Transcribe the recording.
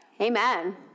Amen